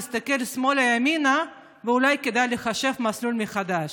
להסתכל שמאלה וימינה ואולי כדאי לחשב מסלול מחדש.